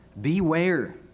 beware